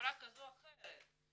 בצורה כזו או אחרת,